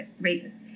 rapist